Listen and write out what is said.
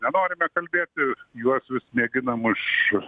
nenorime kalbėti juos vis mėginam už